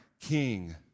king